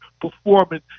performing